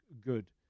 good